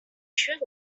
should